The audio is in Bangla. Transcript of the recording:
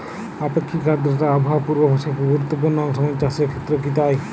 আপেক্ষিক আর্দ্রতা আবহাওয়া পূর্বভাসে একটি গুরুত্বপূর্ণ অংশ এবং চাষের ক্ষেত্রেও কি তাই?